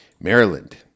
Maryland